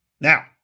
Now